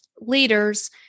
leaders